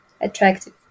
attractive